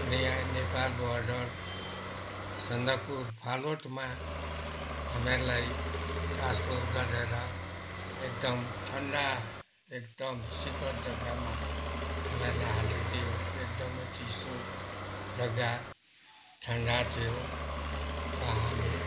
याँ नेपाल बोर्डर सन्दकपुर फालुटमा हामीलाई ट्रान्सफर गरेर एकदम ठन्डा एकदम शीतल जग्गामा हामीलाई हालिदियो त्यो एकदमै चिसो जग्गा ठन्डा थियो र हामी